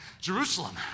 Jerusalem